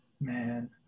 Man